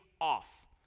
off